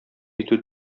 итү